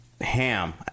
ham